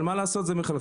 אבל מה לעשות, זה מחלחל.